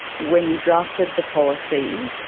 when you drafted the policy,